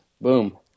Boom